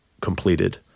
completed